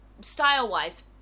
style-wise